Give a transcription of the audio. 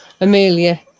Amelia